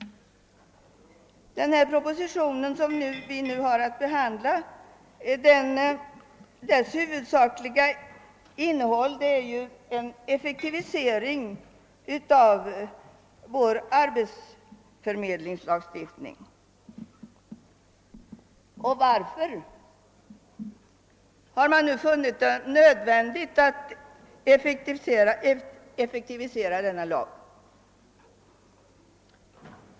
Det huvudsakliga syftet med den proposition som vi nu har att behandla är en effektivisering av vår arbetsförmedlingslagstiftning. Varför har man då funnit det nödvändigt att effektivisera denna lag?